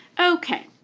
okay,